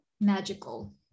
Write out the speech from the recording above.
magical